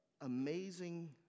amazing